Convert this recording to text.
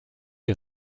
est